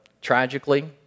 tragically